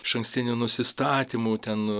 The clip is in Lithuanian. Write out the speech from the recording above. išankstinių nusistatymų ten